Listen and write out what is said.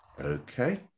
okay